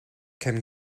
can